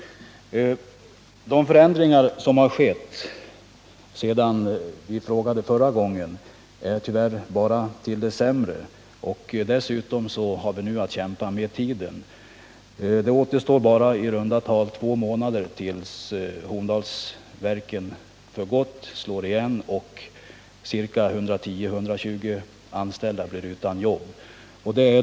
De förändringar som har skett är tyvärr bara till det sämre. Dessutom har vi nu att kämpa mot tiden. I runt tal återstår bara två månader tills Horndalsverken slår igen för gott, varefter 110-120 anställda blir utan arbete.